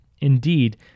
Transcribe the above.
Indeed